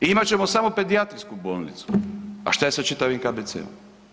I imat ćemo samo pedijatrijsku bolnicu, a šta je sa čitavim KBC-om?